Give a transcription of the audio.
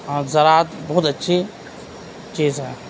اور زراعت بہت اچھی چیز ہے